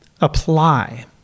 apply